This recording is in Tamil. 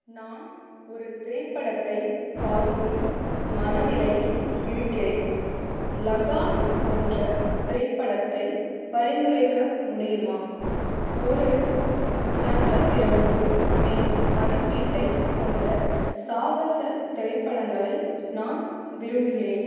நான் ஒரு திரைப்படத்தை பார்க்கும் மனநிலையில் இருக்கிறேன் லகான் போன்ற திரைப்படத்தை பரிந்துரைக்க முடியுமா ஒரு நட்சத்திரமுக்கு மேல் மதிப்பீட்டைக் கொண்ட சாகச திரைப்படங்களை நான் விரும்புகிறேன்